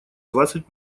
двадцать